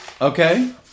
Okay